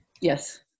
Yes